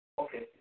Okay